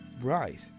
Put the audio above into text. Right